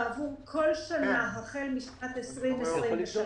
בעבור כל שנה החל משנת 2023,